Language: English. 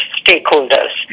stakeholders